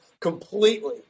completely